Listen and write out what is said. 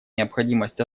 необходимость